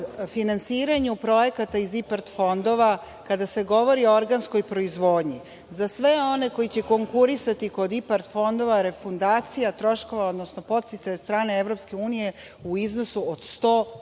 finansiranju projekata iz IPARD fondova. Kada se govori o organskoj proizvodnji, za sve one koji će konkurisati kod IPARD fondova refundacija troškova, odnosno podsticaj od strane EU u iznosu od 100%.